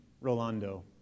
Rolando